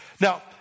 Now